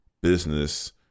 business